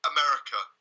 America